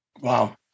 Wow